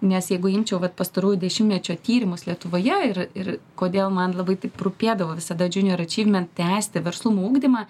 nes jeigu imčiau vat pastarųjų dešimtmečio tyrimus lietuvoje ir ir kodėl man labai taip rūpėdavo visada junior achievement tęsti verslumo ugdymą